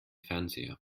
fernseher